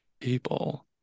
people